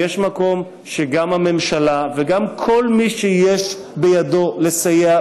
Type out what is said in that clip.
שיש מקום שגם הממשלה וגם כל מי שיש בידו לסייע